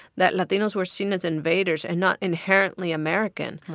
that latinos were seen as invaders and not inherently american,